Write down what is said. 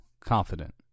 confident